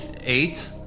Eight